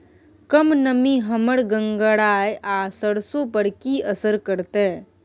कम नमी हमर गंगराय आ सरसो पर की असर करतै?